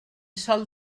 sol